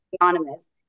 Anonymous